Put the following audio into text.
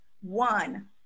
one